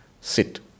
Sit